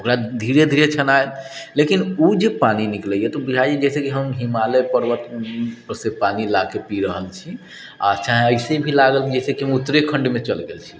ओकरा धीरे धीरे छनाइत लेकिन ओ जे पानि निकलैए तऽ बुझाइए हम जइसे हिमालय पर्वत परसँ पानि लाकऽ पी रहल छी आओर चाहे अइसे भी लागत कि उत्तरेखण्डमे चलि गेल छी